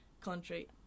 country